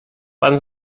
pan